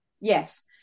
yes